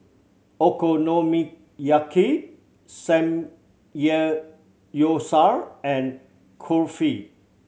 Okonomiyaki Samgeyopsal and Kulfi